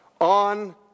on